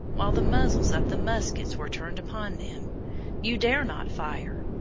while the muzzles of the muskets were turned upon them you dare not fire!